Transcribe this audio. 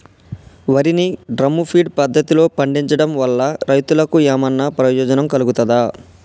వరి ని drum feed పద్ధతిలో పండించడం వల్ల రైతులకు ఏమన్నా ప్రయోజనం కలుగుతదా?